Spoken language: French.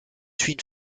suit